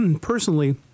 personally